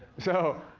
so,